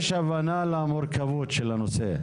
יש הבנה למורכבות של הנושא.